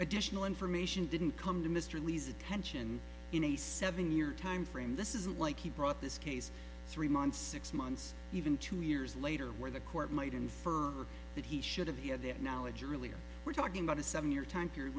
additional information didn't come to mr lee's attention in a seven year time frame this isn't like he brought this case three months six months even two years later where the court might infer that he should have had that knowledge earlier we're talking about a seven year time period